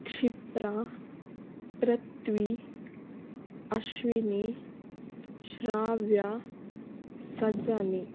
Shipra Prithvi Ashwini Shravya Sajani